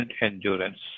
endurance